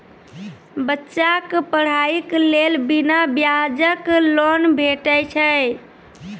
बच्चाक पढ़ाईक लेल बिना ब्याजक लोन भेटै छै?